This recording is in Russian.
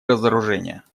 разоружения